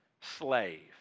slave